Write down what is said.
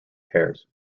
pairs